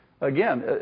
Again